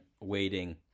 waiting